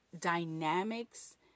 dynamics